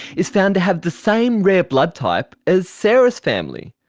is found to have the same rare blood type as sarah's family.